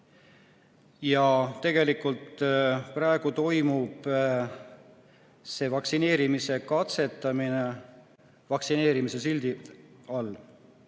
Tegelikult praegu toimub vaktsineerimise katsetamine vaktsineerimise sildi all.